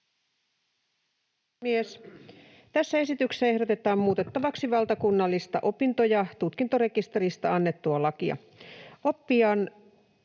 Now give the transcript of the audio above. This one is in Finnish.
Tässä esityksessä ehdotetaan muutettavaksi valtakunnallisista opinto- ja tutkintorekistereistä annettua lakia.